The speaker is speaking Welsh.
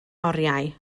oriau